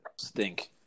Stink